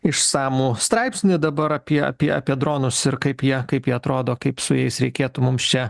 išsamų straipsnį dabar apie apie apie dronus ir kaip jie kaip jie atrodo kaip su jais reikėtų mums čia